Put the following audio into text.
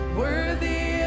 worthy